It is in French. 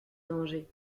danger